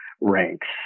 ranks